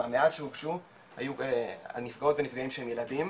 מהמעט שהוגשו היו הנפגעות ונפגעים שהם ילדים,